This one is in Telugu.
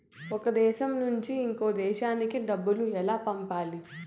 ఒక దేశం నుంచి ఇంకొక దేశానికి డబ్బులు ఎలా పంపాలి?